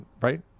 right